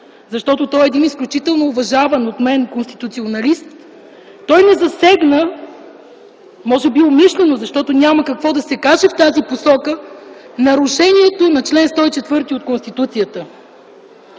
защото той е изключително уважаван от мен конституционалист, не засегна, а може би умишлено, защото няма какво да се каже в тази посока – нарушението на чл. 104 от Конституцията.